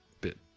bit